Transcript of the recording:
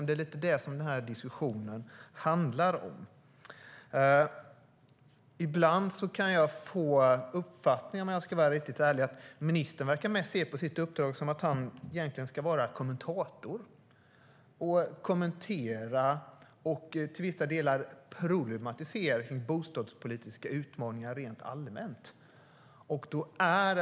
Det är det denna diskussion handlar om. Min uppfattning är att ministern verkar tro att hans uppdrag är att vara kommentator, att han ska kommentera och till vissa delar problematisera de bostadspolitiska utmaningarna rent allmänt.